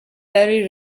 very